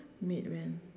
maid went